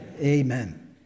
Amen